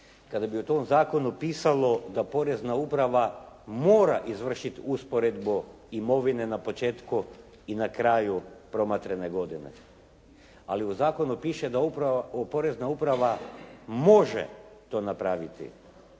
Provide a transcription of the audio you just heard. kada bi u tom zakonu pisalo da Porezna uprava mora izvršiti usporedbu imovine na početku i na kraju promatrane godine. Ali u zakonu piše, da Porezna uprava može to napraviti.